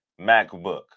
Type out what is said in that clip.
MacBook